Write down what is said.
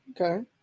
okay